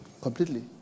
completely